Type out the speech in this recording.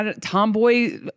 tomboy